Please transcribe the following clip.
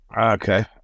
Okay